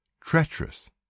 treacherous